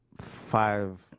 five